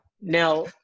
now